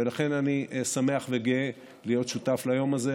ולכן אני שמח וגאה להיות שותף ליום הזה.